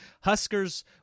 Huskers